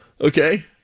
Okay